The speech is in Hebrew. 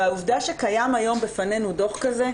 העובדה שקיים היום בפנינו דוח כזה,